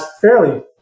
fairly